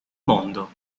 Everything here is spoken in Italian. mondo